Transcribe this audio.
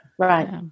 Right